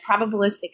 probabilistic